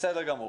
בסדר גמור.